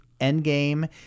Endgame